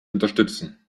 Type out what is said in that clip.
unterstützen